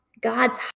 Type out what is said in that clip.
God's